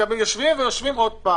- יושבים שוב.